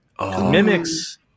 mimics